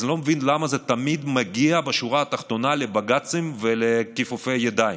אז אני לא מבין למה זה תמיד מגיע בשורה התחתונה לבג"צים ולכיפופי ידיים.